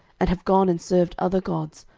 and have gone and served other gods,